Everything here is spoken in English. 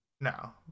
No